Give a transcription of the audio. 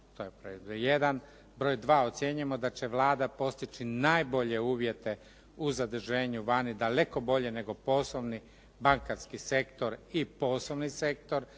to je broj jedan. Broj dva, ocjenjujemo da će Vlada postići najbolje uvjete u zaduženju vani daleko bolje nego poslovni bankarski sektor i poslovni sektor